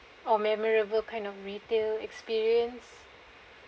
or memorable kind of retail experience